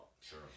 sure